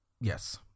yes